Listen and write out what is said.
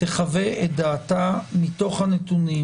תחווה את דעתה מתוך הנתונים,